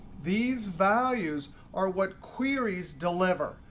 these values are what queries deliver,